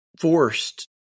forced